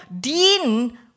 dean